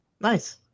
Nice